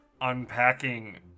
unpacking